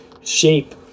shape